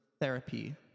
therapy